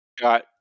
Got